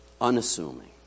Unassuming